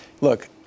Look